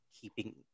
keeping